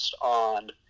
on